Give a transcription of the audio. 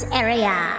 area